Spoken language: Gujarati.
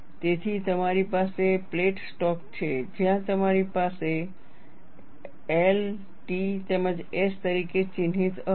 તેથી તમારી પાસે પ્લેટ સ્ટોક છે જ્યાં તમારી પાસે L T તેમજ S તરીકે ચિહ્નિત અક્ષ છે